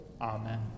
Amen